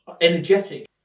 energetic